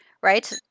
Right